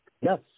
Yes